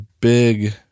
big